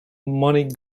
money